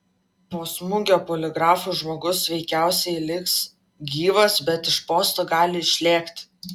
po smūgio poligrafu žmogus veikiausiai liks gyvas bet iš posto gali išlėkti